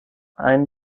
ein